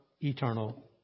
eternal